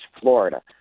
Florida